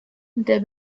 der